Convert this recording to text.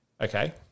Okay